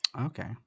Okay